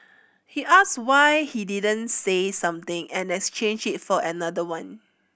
he asked why he didn't say something and exchange it for another one